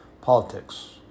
Politics